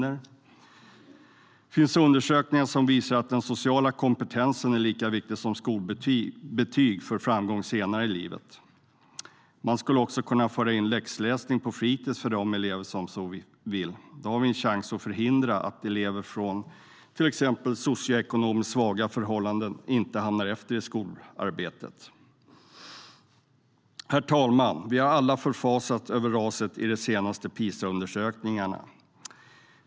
Det finns undersökningar som visar att den sociala kompetensen är lika viktig som skolbetyg för framgång senare i livet. Man skulle också kunna införa läxläsning på fritids för de elever som så vill. Då har vi en chans att förhindra att elever från till exempel socioekonomiskt svaga förhållanden hamnar efter i skolarbetet. Herr talman! Vi har alla förfasats över raset i de senaste PISA-undersökningarna.